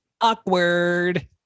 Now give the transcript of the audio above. awkward